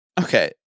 Okay